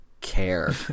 care